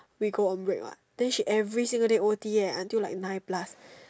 we go on break what then she every single day O_T eh until like nine plus